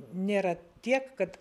nėra tiek kad